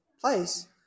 place